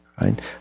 right